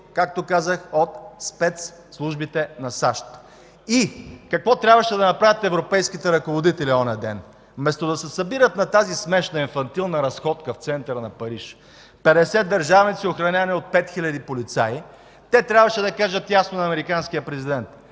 както казах, от спецслужбите на САЩ. Какво трябваше да направят европейските ръководители онзи ден? Вместо да се събират на тази смешна, инфантилна разходка в центъра на Париж – 150 държавници, охранявани от 5 хиляди полицаи, те трябваше да кажат ясно на американския президент: